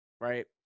right